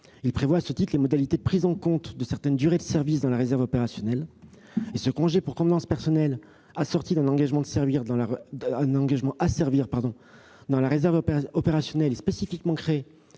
prévoit, à ce titre, les modalités de prise en compte de certaines durées de service dans la réserve opérationnelle. Ce congé pour convenances personnelles assorti d'un engagement à servir dans la réserve opérationnelle, spécifiquement créée